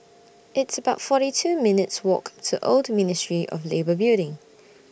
It's about forty two minutes' Walk to Old Ministry of Labour Building